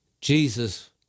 Jesus